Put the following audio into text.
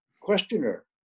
questioner